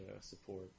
support